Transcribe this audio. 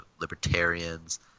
libertarians